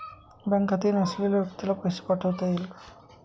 Bank खाते नसलेल्या व्यक्तीला पैसे पाठवता येतील का?